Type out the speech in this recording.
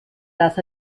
dass